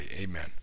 amen